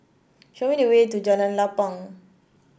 show me the way to Jalan Lapang